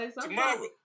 Tomorrow